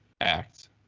act